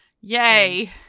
Yay